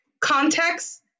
context